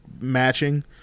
matching